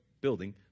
building